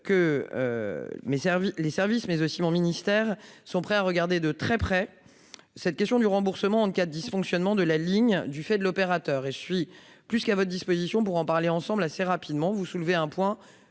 que les services de mon ministère sont prêts à examiner de très près cette question du remboursement en cas de dysfonctionnement de la ligne du fait de l'opérateur. Je suis à votre disposition pour que nous en parlions ensemble rapidement. Vous soulevez là un point